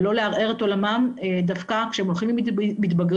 ולא לערער את עולמם דווקא כשהם הולכים ומתבגרים,